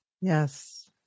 Yes